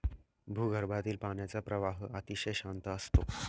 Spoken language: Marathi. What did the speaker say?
भूगर्भातील पाण्याचा प्रवाह अतिशय शांत असतो